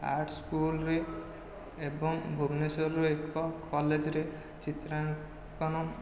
ଆର୍ଟ୍ସସ୍କୁଲରେ ଏବଂ ଭୁବନେଶ୍ୱରରେ ଏକ କଲେଜରେ ଚିତ୍ରାଙ୍କନ